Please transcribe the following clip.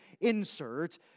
insert